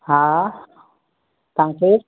हा तव्हां केरु